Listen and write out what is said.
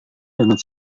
dengan